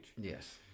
Yes